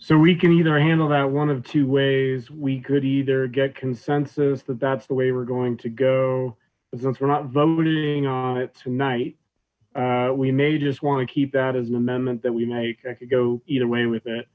so we can either handle that one of two ways we could either get consensus but that's the way we're going to go we're not voting on it tonight we may just want to keep that as an amendment that we make i could go either way with it